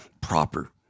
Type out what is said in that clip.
proper